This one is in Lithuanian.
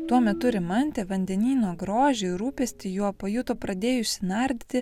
tuo metu rimantė vandenyno grožį ir rūpestį juo pajuto pradėjusi nardyti